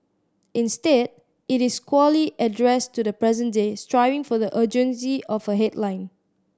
instead it is squarely addressed to the present day striving for the urgency of a headline